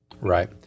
Right